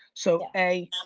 so, a,